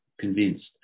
convinced